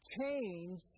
Change